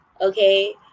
okay